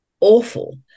awful